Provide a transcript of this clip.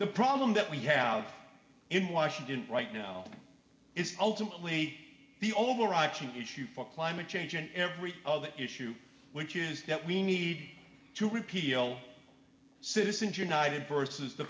the problem that we have in washington right now is ultimately the overarching issue for climate change and every other issue which is that we need to repeal citizens united vs the